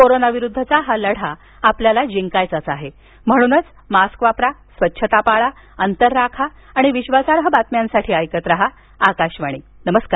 कोरोनाविरुद्धचा हा लढा आपल्याला जिंकायचा आहे म्हणूनच मास्क वापरा स्वच्छता पाळा अंतर राखा आणि विद्वासार्ह बातम्यांसाठी ऐकत रहा आकाशवाणी नमस्कार